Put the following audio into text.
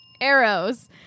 arrows